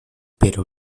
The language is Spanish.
pero